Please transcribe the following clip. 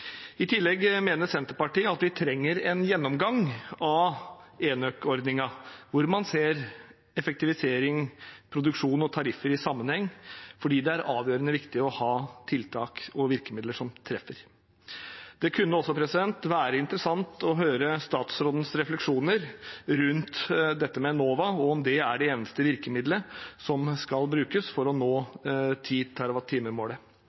I tillegg mener Senterpartiet at vi trenger en gjennomgang av enøk-ordningen, hvor man ser effektivisering, produksjon og tariffer i sammenheng, fordi det er avgjørende viktig å ha tiltak og virkemidler som treffer. Det kunne også være interessant å høre statsrådens refleksjoner rundt dette med Enova, og om det er det eneste virkemidlet som skal brukes for å nå